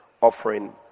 offering